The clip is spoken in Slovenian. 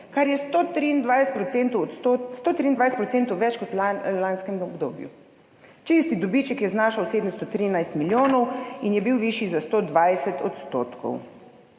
kar je 123 % več kot v lanskem obdobju. Čisti dobiček je znašal 713 milijonov in je bil višji za 120 %